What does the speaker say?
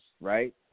right